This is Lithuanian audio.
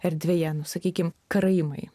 erdvėje nu sakykim karaimai